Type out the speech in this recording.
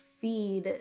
feed